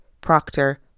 Proctor